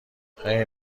خیر